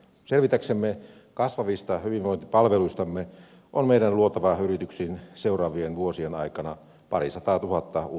selvitäksemme kasvavista hyvinvointipalveluistamme on meidän luotava yrityksiin seuraavien vuosien aikana parisataatuhatta uutta työpaikkaa